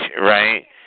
right